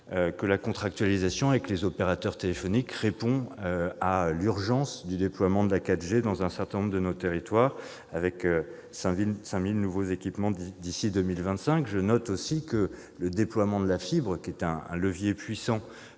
la contractualisation avec les opérateurs téléphoniques répond à l'urgence du déploiement de la 4G dans un certain nombre de nos territoires, avec 5 000 nouveaux équipements d'ici à 2025. Deuxièmement, le déploiement de la fibre, qui est un levier puissant